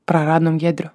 praradom giedrių